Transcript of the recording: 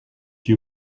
you